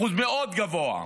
אחוז מאוד גבוה,